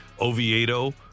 Oviedo